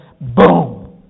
Boom